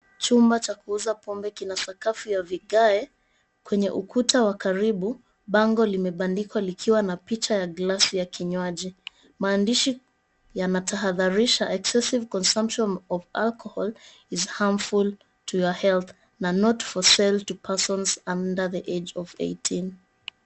Chumba cha kuuza pombe kina sakafu ya vigae. Kwenye ukuta wa karibu bango limebandikwa likiwa na glasi ya kinywaji maandishi yanatahadharisha, Excessive consumption of alcohol is harmful to your health, na Not for sale to persons under the age of eighteen.